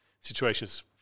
situations –